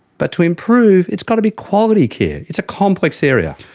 but to improve it's got to be quality care. it's a complex area.